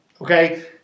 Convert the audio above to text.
Okay